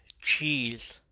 Cheese